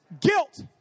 Guilt